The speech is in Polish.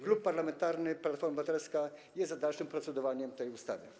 Klub Parlamentarny Platforma Obywatelska jest za dalszym procedowaniem nad tą ustawą.